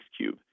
Cube